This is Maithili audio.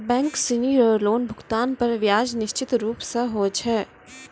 बैक सिनी रो लोन भुगतान पर ब्याज निश्चित रूप स होय छै